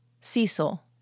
Cecil